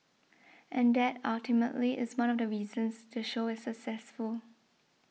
and that ultimately is one of the reasons the show is successful